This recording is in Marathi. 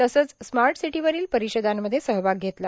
तसंच स्मार्ट सिदीवरील परिषदांमध्ये सहभाग घेतला